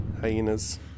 hyenas